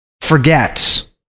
forget